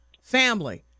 family